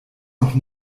noch